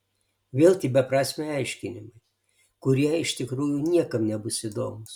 vėl tie beprasmiai aiškinimai kurie iš tikrųjų niekam nebus įdomūs